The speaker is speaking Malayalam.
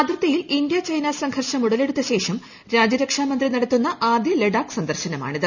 അതിർത്തിയിൽ ഇന്ത്യാ ചൈന സംഘർഷം ഉടലെടുത്ത ശേഷം രാജ്യരക്ഷാ മന്ത്രി നടത്തുന്ന ആദ്യ ലഡാക്ക് ്സന്ദർശനമാണിത്